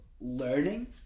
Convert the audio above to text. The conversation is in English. learning